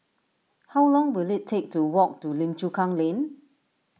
how long will it take to walk to Lim Chu Kang Lane